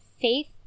faith